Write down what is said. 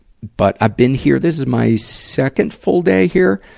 but, i've been here. this is my second full day here.